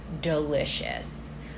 delicious